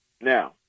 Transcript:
Now